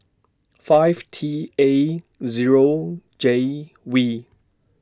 five T A Zero J V